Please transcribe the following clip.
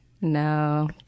No